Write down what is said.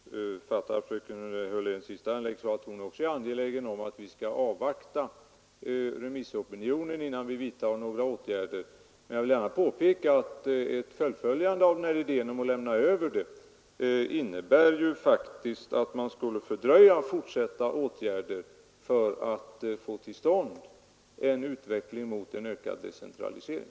Herr talman! Jag fattar fröken Hörléns sista inlägg så, att hon också är angelägen om att vi skall avvakta remissopinionen innan vi vidtar några åtgärder. Men jag vill gärna påpeka att ett fullföljande av idén att överföra frågor faktiskt innebär att man skulle fördröja fortsatta åtgärder för att få till stånd en utveckling i riktning mot ökad decentralisering.